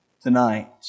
tonight